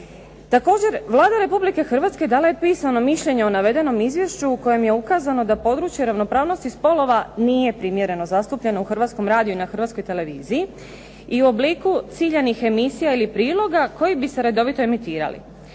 Također, Vlada Republike Hrvatske dala je pisano mišljenje o navedenom izvješću u kojem je ukazano da područje ravnopravnosti spolova nije primjereno zastupljeno u Hrvatskom radiju i na Hrvatskoj televiziji i u obliku ciljanih emisija ili priloga koji bi se redovito emitirali.